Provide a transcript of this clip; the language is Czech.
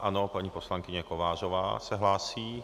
Ano, paní poslankyně Kovářová se hlásí.